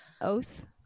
oath